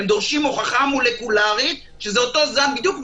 הם דורשים הוכחה מולקולרית שזה אותו זן בדיוק,